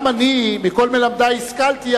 גם אני מכל מלמדי השכלתי,